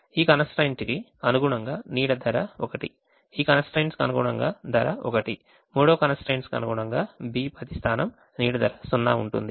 ఈ constraint కి అనుగుణంగా నీడ ధర 1 ఈ constraint కి అనుగుణంగా నీడ ధర 1 మూడవ constraint కి అనుగుణంగా B10 స్థానం నీడ ధర 0 ఉంటుంది